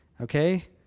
Okay